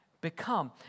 become